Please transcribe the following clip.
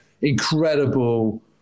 incredible